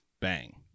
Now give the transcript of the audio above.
Bang